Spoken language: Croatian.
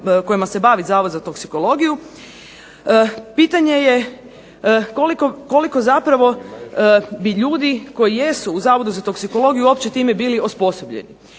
kojima se bavi Zavod za toksikologiju, pitanje je koliko zapravo bi ljudi koji jesu u Zavodu za toksikologiju uopće bili time osposobljeni.